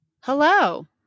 Hello